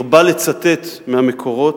הרבה לצטט מהמקורות,